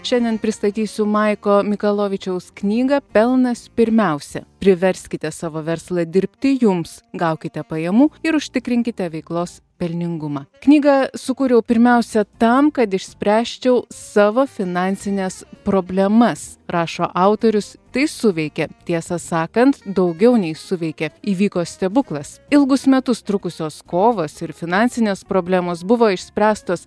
šiandien pristatysiu maiko mikalovičiaus knygą pelnas pirmiausia priverskite savo verslą dirbti jums gaukite pajamų ir užtikrinkite veiklos pelningumą knygą sukūriau pirmiausia tam kad išspręsčiau savo finansines problemas rašo autorius tai suveikė tiesą sakant daugiau nei suveikė įvyko stebuklas ilgus metus trukusios kovos ir finansinės problemos buvo išspręstos